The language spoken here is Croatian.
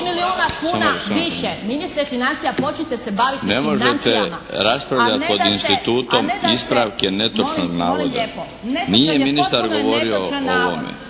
Ne možete raspravljati pod institutom ispravke netočnog navoda … **Škare Ožbolt,